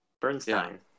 Bernstein